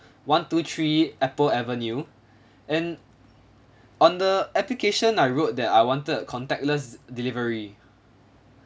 one two three apple avenue and on the application I wrote that I wanted a contactless delivery